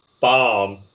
bomb